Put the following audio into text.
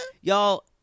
Y'all